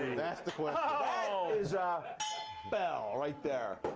ah is a bell right there.